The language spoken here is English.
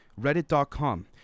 Reddit.com